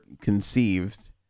conceived